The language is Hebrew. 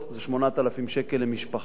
זה 8,000 שקל למשפחה.